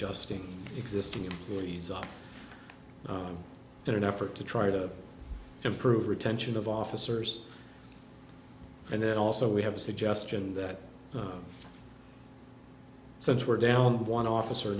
justing existing employees up in an effort to try to improve retention of officers and it also we have a suggestion that since we're down to one officer